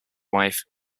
wife